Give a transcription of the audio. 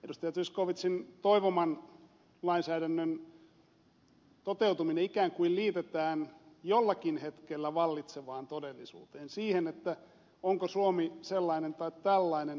zyskowiczin toivoman lainsäädännön toteutuminen ikään kuin liitetään jollakin hetkellä vallitsevaan todellisuuteen siihen onko suomi sellainen tai tällainen